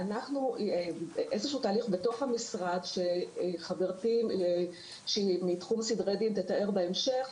איזשהו תהליך בתוך המשרד שחברתי מתחום סדרי הדין תתאר בהמשך,